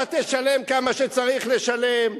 אתה תשלם כמה שצריך לשלם,